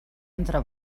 entre